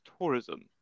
tourism